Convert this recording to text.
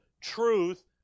truth